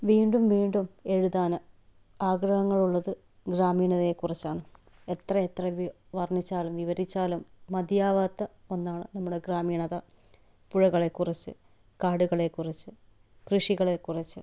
വീണ്ടും വീണ്ടും എഴുതാൻ ആഗ്രഹങ്ങൾ ഉള്ളത് ഗ്രാമീണതയെ കുറിച്ചാണ് എത്ര എത്ര വി വർണ്ണിച്ചാലും വിവരിച്ചാലും മതിയാവാത്ത ഒന്നാണ് നമ്മുടെ ഗ്രാമീണത പുഴകളെ കുറിച്ച് കാടുകളെ കുറിച്ച് കൃഷികളെ കുറിച്ച്